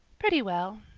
pretty well.